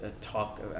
talk